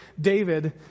David